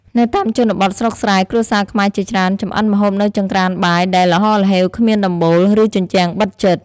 នៅតាមជនបទស្រុកស្រែ គ្រួសារខ្មែរជាច្រើនចម្អិនម្ហូបនៅចង្ក្រានបាយដែលល្ហល្ហេវគ្មានដំបូល ឬជញ្ជាំងបិទជិត។